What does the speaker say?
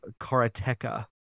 Karateka